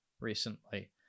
recently